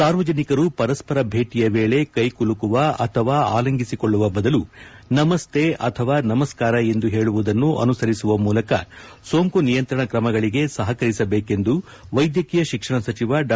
ಸಾರ್ವಜನಿಕರು ಪರಸ್ತರ ಭೇಟಿಯ ವೇಳೆ ಕ್ಷೆ ಕುಲುಕುವ ಅಥವಾ ಆಲಂಗಿಸಿಕೊಳ್ಳುವ ಬದಲು ನಮಸ್ತೆ ಅಥವಾ ನಮಸ್ನಾರ ಎಂದು ಹೇಳುವುದನ್ನು ಅನುಸರಿಸುವ ಮೂಲಕ ಸೋಂಕು ನಿಯಂತ್ರಣ ಕ್ರಮಗಳಿಗೆ ಸಹಕರಿಸಬೇಕೆಂದು ವೈದ್ಯಕೀಯ ಶಿಕ್ಷಣ ಸಚಿವ ಡಾ